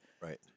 Right